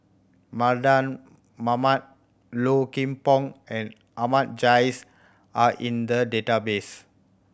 Mardan Mamat Low Kim Pong and Ahmad Jais are in the database